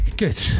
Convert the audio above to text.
Good